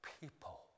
people